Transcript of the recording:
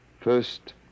first